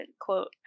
quote